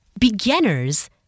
Beginners